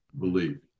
believe